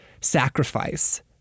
sacrifice